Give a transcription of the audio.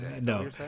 no